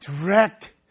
direct